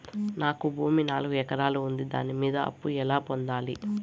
నాకు భూమి నాలుగు ఎకరాలు ఉంది దాని మీద అప్పు ఎలా పొందాలి?